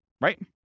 Right